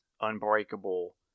Unbreakable